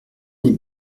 les